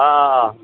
অঁ